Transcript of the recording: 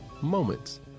Moments